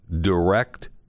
direct